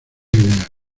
idea